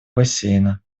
бассейна